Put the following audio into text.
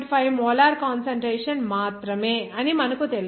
5 molar concentration మాత్రమే అని మనకు తెలుసు